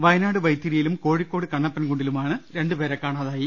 വയനാട് വൈത്തിരിയിലും കോഴിക്കോട് കണ്ണപ്പൻകു ണ്ടിലുമായി രണ്ട്പേരെ കാണാതായി